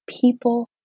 people